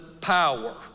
power